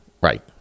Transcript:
Right